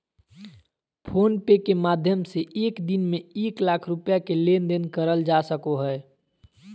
phone पे के माध्यम से एक दिन में एक लाख रुपया के लेन देन करल जा सको हय